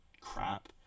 crap